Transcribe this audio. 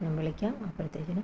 ഞാൻ വിളിക്കാം അപ്പോഴത്തേക്കിനും